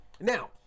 Now